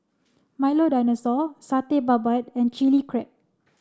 Milo Dinosaur Satay Babat and chili crab